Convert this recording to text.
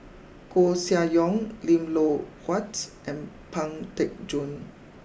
Koeh Sia Yong Lim Loh Huat and Pang Teck Joon